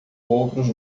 outros